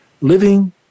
Living